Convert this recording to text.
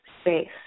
space